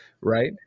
right